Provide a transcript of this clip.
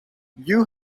you